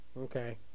okay